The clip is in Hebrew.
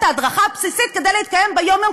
ההדרכה הבסיסית כדי להתקיים ביום-יום,